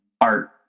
art